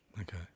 Okay